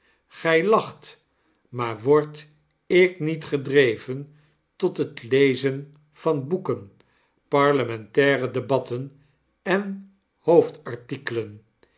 gij lacht maar word ik niet gedreven tot het lezen van boeken parlementaire debatten en